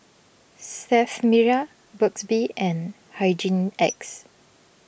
Sterf Mirror Burt's Bee and Hygin X